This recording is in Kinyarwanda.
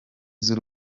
z’u